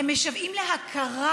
הם משוועים להכרה,